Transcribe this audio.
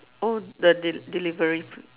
oh the de~ delivery